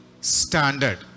standard